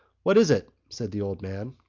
what is it? said the old man.